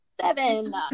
seven